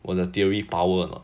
我的 theory power or not